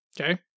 Okay